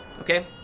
okay